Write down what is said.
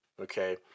okay